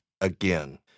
again